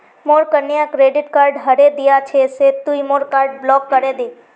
मोर कन्या credit card हरें दिया छे से तुई मोर कार्ड ब्लॉक करे दे